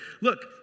Look